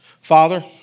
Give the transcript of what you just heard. Father